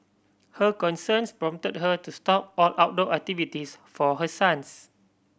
her concerns prompted her to stop all outdoor activities for her sons